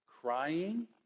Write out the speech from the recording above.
crying